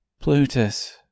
Plutus